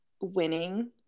winning